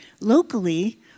locally